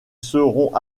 seront